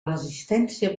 resistència